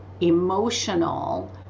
emotional